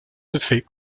defeat